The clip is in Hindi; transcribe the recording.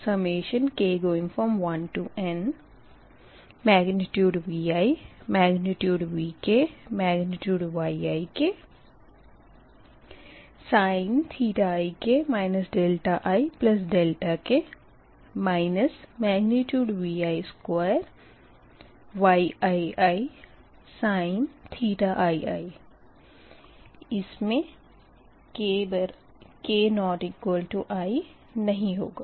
तो यह बन जाएगा k1nViVkYiksin ik ik minus Vi2Yiisin ii इस मे k≠i नही होगा